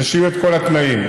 ושיהיו את כל התנאים.